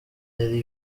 yari